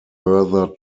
further